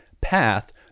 path